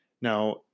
Now